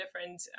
different